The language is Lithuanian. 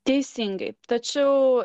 teisingai tačiau